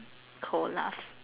cold laugh